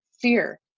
Fear